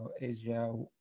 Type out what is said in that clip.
Asia